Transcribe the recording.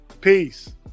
Peace